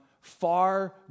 far